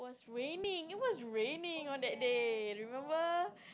raining it was raining on that day remember